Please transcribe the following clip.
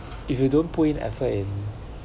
if you don't put in effort in